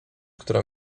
która